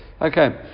Okay